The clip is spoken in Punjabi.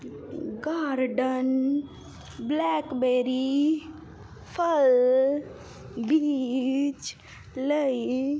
ਗਾਰਡਨ ਬਲੈਕਬੇਰੀ ਫਲ ਬੀਜ ਲਈ